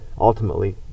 ultimately